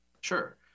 Sure